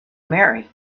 marry